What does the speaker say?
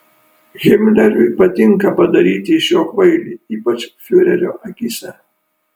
himleriui patinka padaryti iš jo kvailį ypač fiurerio akyse